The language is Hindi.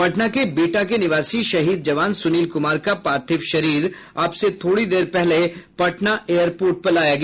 पटना के बिहटा के निवासी शहीद जवान सुनील कुमार का पार्थिव शरीर अब से थोड़ी देर पहले पटना एयरपोर्ट पर लाया गया